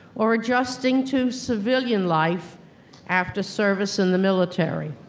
or adjusting to civilian life after service in the military.